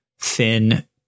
thin